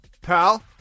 pal